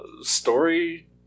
story